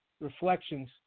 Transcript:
Reflections